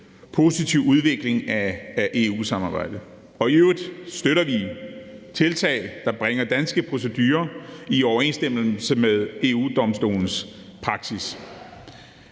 positiv udvikling af EU-samarbejdet. I øvrigt støtter vi tiltag, der bringer danske procedurer i overensstemmelse med EU-Domstolens praksis.